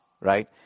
right